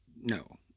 no